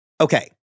Okay